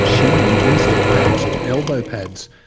shin and instep pads or elbow pads,